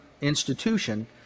institution